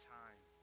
time